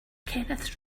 kenneth